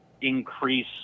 increase